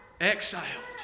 Exiled